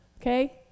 okay